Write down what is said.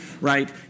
Right